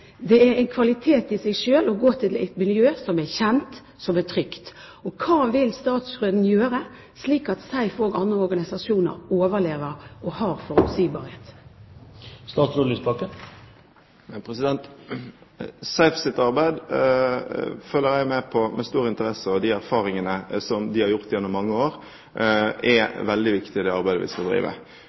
Det er en kvalitet i seg selv å gå til et miljø som er kjent, som er trygt. Hva vil statsråden gjøre, slik at SEIF og andre organisasjoner overlever og har forutsigbarhet? SEIFs arbeid følger jeg med på med stor interesse. De erfaringene som de har gjort gjennom mange år, er veldig viktig i det arbeidet vi skal drive.